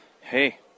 hey